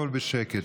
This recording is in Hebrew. אבל בשקט.